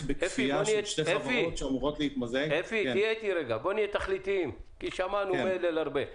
בוא נהיה תכליתיים כי שמענו הרבה מלל.